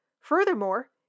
Furthermore